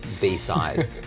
B-side